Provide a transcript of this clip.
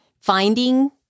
finding